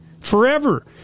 forever